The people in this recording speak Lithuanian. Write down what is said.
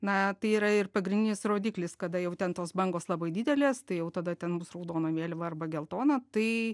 na tai yra ir pagrindinis rodiklis kada jau ten tos bangos labai didelės tai jau tada ten bus raudona vėliava arba geltona tai